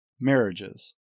marriages